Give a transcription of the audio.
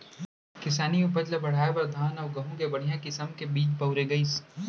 किसानी उपज ल बढ़ाए बर धान अउ गहूँ के बड़िहा किसम के बीज बउरे गइस